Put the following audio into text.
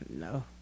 no